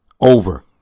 over